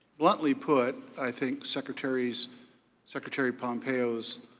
bluntly put, i think secretary so secretary pompeo's